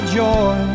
joy